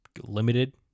limited